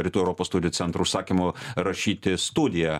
rytų europos studijų centro užsakymu rašyti studiją